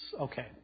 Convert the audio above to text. Okay